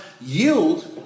yield